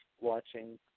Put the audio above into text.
watching